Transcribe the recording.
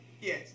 Yes